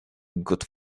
good